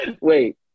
wait